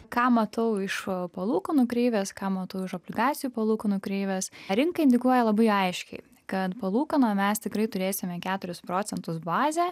ką matau iš palūkanų kreivės ką matau iš obligacijų palūkanų kreivės rinka indikuoja labai aiškiai kad palūkanų mes tikrai turėsime keturis procentus bazę